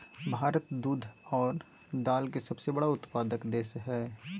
भारत दूध आरो दाल के सबसे बड़ा उत्पादक देश हइ